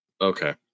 Okay